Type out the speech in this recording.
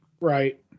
Right